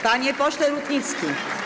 Panie pośle Rutnicki.